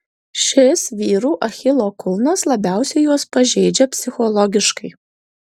šis vyrų achilo kulnas labiausiai juos pažeidžia psichologiškai